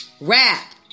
rap